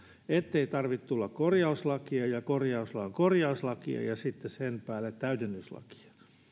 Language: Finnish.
ettei tarvitse tulla korjauslakia ja kor jauslain korjauslakia ja sitten sen päällä täydennyslakia